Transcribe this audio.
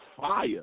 fire